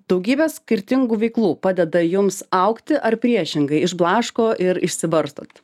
daugybę skirtingų veiklų padeda jums augti ar priešingai išblaško ir išsibarstot